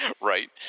Right